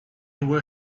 were